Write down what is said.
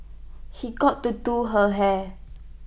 he got to do her hair